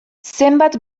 zenbat